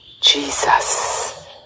Jesus